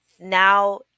now